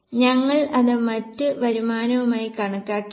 ഞങ്ങൾ മറ്റ് വരുമാനമായി കണക്കാക്കില്ല